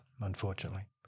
unfortunately